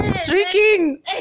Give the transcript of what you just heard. Streaking